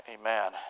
amen